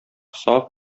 саф